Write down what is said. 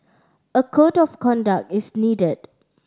a code of conduct is needed